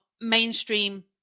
mainstream